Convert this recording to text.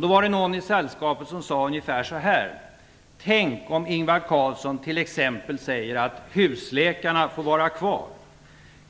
Då var det någon i sällskapet som sade ungefär så här: Tänk om Ingvar Carlsson t.ex. säger att husläkarna får vara kvar